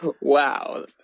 Wow